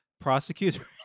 prosecutor